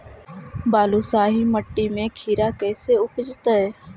बालुसाहि मट्टी में खिरा कैसे उपजतै?